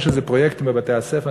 יש איזה פרויקט בבתי-הספר,